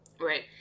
Right